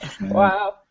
Wow